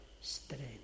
strength